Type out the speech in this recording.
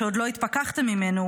שעוד לא התפכחתם ממנו,